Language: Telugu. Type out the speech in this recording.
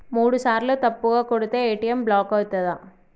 మూడుసార్ల తప్పుగా కొడితే ఏ.టి.ఎమ్ బ్లాక్ ఐతదా?